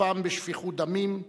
סופן בשפיכות דמים,